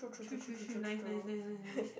true true true nice nice nice nice nice